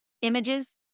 images